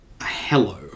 hello